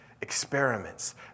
experiments